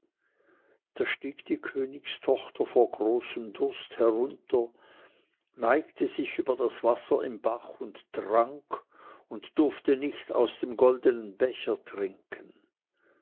da stieg die königstochter vor großem durst herunter neigte sich über das wasser im bach und trank und durfte nicht aus dem goldenen becher trinken